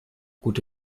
gute